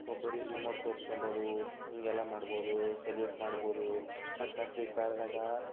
ಒಬ್ಬರಿ emote ತೋರಿಸ್ಕೋಬೋದು ಹೀಗೆಲ್ಲ ಮಾಡ್ಬೋದು ಸೆಲ್ಯೂಟ್ ಮಾಡ್ಬೋದು ಮತ್ತೆ ಫ್ರೀ ಫೈರ್ದಾಗೆ